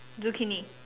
zucchini